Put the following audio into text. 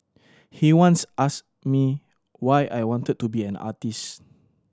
he once asked me why I wanted to be an artist